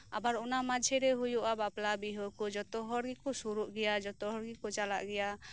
ᱟᱵᱟᱨ ᱚᱱᱟ ᱢᱟᱡᱷᱮ ᱨᱮ ᱦᱩᱭᱩᱜᱼᱟ ᱵᱱᱟᱯᱞᱟ ᱵᱤᱦᱟᱹ ᱠᱚ ᱡᱚᱛᱚ ᱦᱚᱲ ᱜᱮᱠᱚ ᱥᱩᱨᱩᱜ ᱜᱮᱭᱟ ᱡᱚᱛᱚ ᱦᱚᱲ ᱜᱮᱠᱚ ᱪᱟᱞᱟᱜ ᱜᱮᱭᱟ